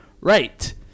Right